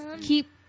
keep